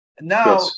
Now